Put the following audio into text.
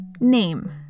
Name